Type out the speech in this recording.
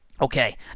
Okay